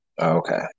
Okay